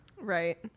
Right